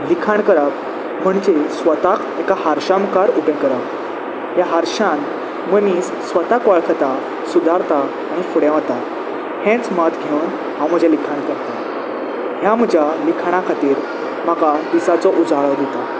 लिखाण करप म्हणजे स्वताक एका हारश मुखार उपेग करप ह्या हारशान मनीस स्वताक वळखता सुदारता आनी फुडें वता हेंच मत घेवन हांव म्हजें लिखाण करताां ह्या म्हज्या लिखाणा खातीर म्हाका दिसाचो उजाळो दिता